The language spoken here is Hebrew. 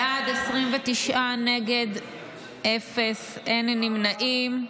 בעד, 29, נגד, אפס, אין נמנעים.